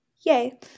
Yay